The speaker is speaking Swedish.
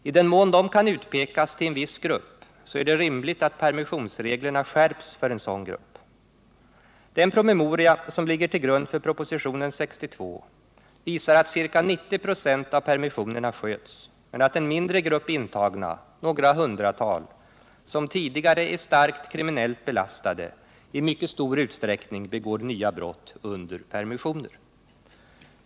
I den mån dessa kan utpekas till en viss grupp, är det rimligt att permissionsreglerna skärps för en sådan grupp. Den PM som ligger till grund för propositionen 62 visar att ca 90 96 av permissionerna sköts men att en mindre grupp intagna, några hundratal, som tidigare är starkt kriminellt belastade, i mycket stor utsträckning begår nya brott under permissioner.